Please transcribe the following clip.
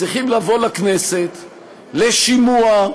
צריכים להגיע לכנסת לשימוע,